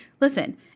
listen